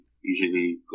usually